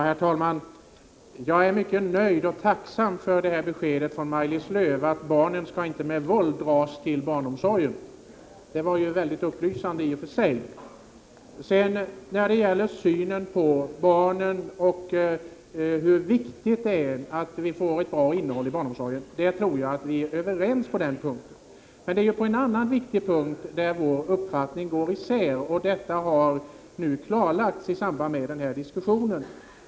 Herr talman! Jag är mycket nöjd och tacksam för beskedet från Maj-Lis Lööw att barnen inte med våld skall dras till barnomsorgen. Det var i och för sig upplysande. I synen på hur viktigt det är att vi får ett bra innehåll i barnomsorgen tror jag att vi är överens. Men på en annan viktig punkt går våra uppfattningar isär, och det har klarlagts i samband med den här diskussionen.